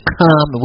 come